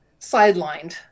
sidelined